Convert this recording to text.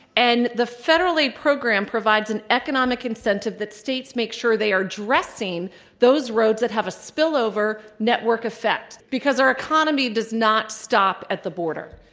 and the federal aid program provides an economic incentive that states make sure they are addressing those roads that have a spillover network effect. because our economy does not stop at the border.